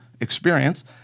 experience